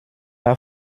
pas